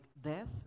death